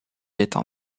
étant